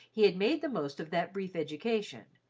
he had made the most of that brief education,